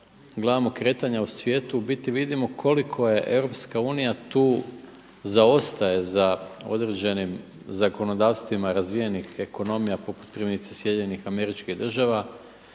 gledamo kretanja u svijetu u biti vidimo koliko je EU tu zaostaje za određenim zakonodavstvima razvijenih ekonomija poput primjerice SAD-a dok mi dogovaramo